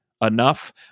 enough